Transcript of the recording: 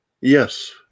Yes